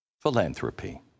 philanthropy